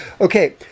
Okay